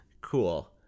Cool